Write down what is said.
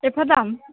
एफा दाम